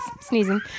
sneezing